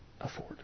afford